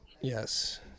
Yes